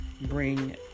bring